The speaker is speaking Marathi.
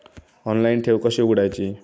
ऑनलाइन ठेव कशी उघडायची?